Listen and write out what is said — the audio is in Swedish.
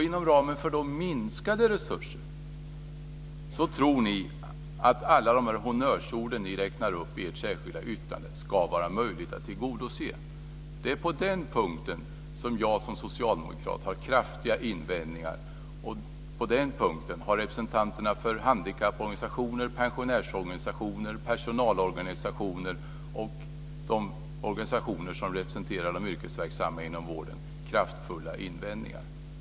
Inom ramen för de minskade resurserna tror ni att det, med alla de honnörsord ni räknar upp i ert särskilda yttrande, ska vara möjligt att tillgodose behoven. Det är på den punkten som jag som socialdemokrat har kraftiga invändningar. Och på den punkten har representanterna för handikapporganisationer, pensionärsorganisationer, personalorganisationer och de organisationer som representerar de yrkesverksamma inom vården kraftfulla invändningar.